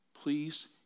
Please